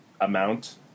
amount